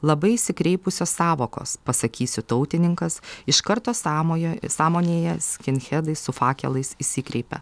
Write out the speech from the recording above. labai išsikreipusios sąvokos pasakysiu tautininkas iš karto sąmojo sąmonėje skinhedai su fakelais išsikreipia